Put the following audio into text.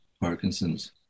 Parkinson's